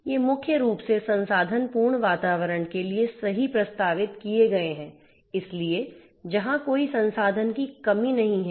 ये मुख्य रूप से संसाधनपूर्ण वातावरण के लिए सही प्रस्तावित किए गए हैं इसलिए जहां कोई संसाधन की कमी नहीं है